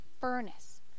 Furnace